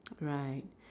right